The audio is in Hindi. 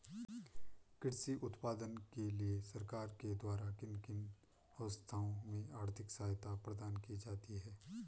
कृषि उत्पादन के लिए सरकार के द्वारा किन किन अवस्थाओं में आर्थिक सहायता प्रदान की जाती है?